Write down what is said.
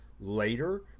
later